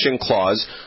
Clause